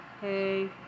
Hey